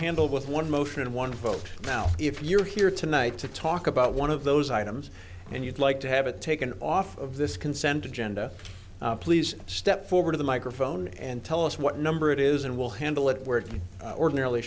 handle with one motion and one vote now if you're here tonight to talk about one of those items and you'd like to have it taken off of this consent agenda please step forward of the microphone and tell us what number it is and we'll handle it where it ordinarily